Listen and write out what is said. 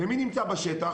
ומי נמצא בשטח?